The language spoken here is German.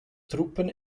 truppen